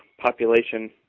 population